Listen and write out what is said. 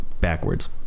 backwards